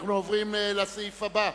אנחנו עוברים לסעיף הבא,